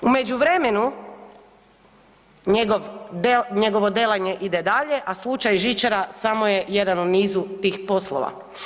U međuvremenu njegovo „delanje“ ide dalje, a slučaj „žičara“ samo je jedan u nizu tih poslova.